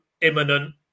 imminent